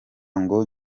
ngo